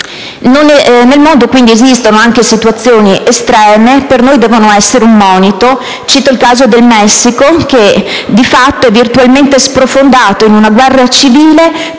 Nel mondo esistono anche situazioni estreme che per noi devono essere un monito. Cito il caso del Messico, Paese che di fatto è virtualmente sprofondato in una guerra civile